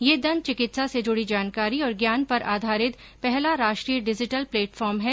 यह दंत चिकित्सा से जुड़ी जानकारी और ज्ञान पर आधारित पहला राष्ट्रीय डिजीटल प्लेटफॉर्म है